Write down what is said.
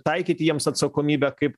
taikyti jiems atsakomybę kaip